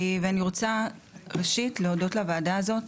ואני רוצה ראשית להודות לוועדה הזאת